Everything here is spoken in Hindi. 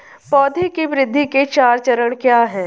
पौधे की वृद्धि के चार चरण क्या हैं?